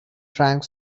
drank